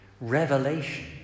revelation